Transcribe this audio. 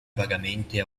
vagamente